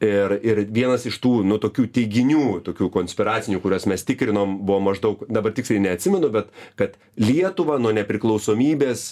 ir ir vienas iš tų nu tokių teiginių tokių konspiracinių kuriuos mes tikrinom buvo maždaug dabar tiksliai neatsimenu bet kad lietuvą nuo nepriklausomybės